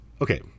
Okay